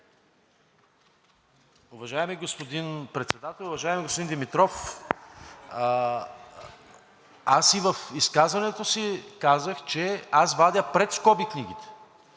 Уважаеми господин Председател, уважаеми господин Димитров, аз и в изказването си казах, че аз вадя пред скоби книгите.